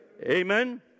Amen